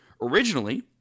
Originally